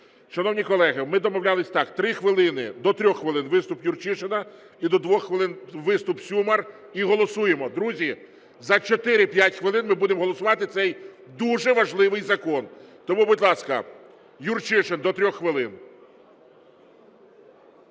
Шановні колеги, ми домовлялися так: 3 хвилини, до 3 хвилин – виступ Юрчишина і до 2 хвилин – виступ Сюмар, і голосуємо. Друзі, за 4-5 хвилин ми будемо голосувати цей дуже важливий закон. Тому, будь ласка, Юрчишин, до 3 хвилин.